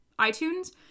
iTunes